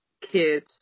kid